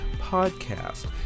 Podcast